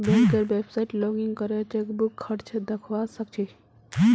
बैंकेर website login करे chequebook खर्च दखवा स ख छि